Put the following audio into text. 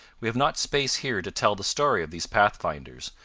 we have not space here to tell the story of these pathfinders,